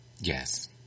Yes